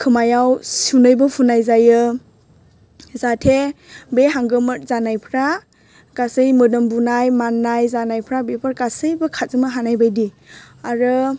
खोमायाव सुनैबो फुननाय जायो जाहाथे बे हांगोमोर जानायफ्रा गासै मोदोम बुनाय माननाय जानायफ्रा बेफोर गासैबो खारजोबनो हानाय बायदि आरो